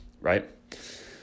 right